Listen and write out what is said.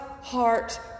heart